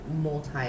multi